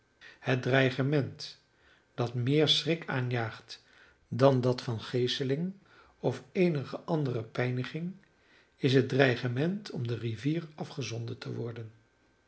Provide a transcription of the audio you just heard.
het dreigement dat meer schrik aanjaagt dan dat van geeseling of eenige andere pijniging is het dreigement om de rivier afgezonden te worden